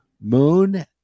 moon